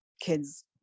kids